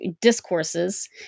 discourses